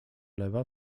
lewa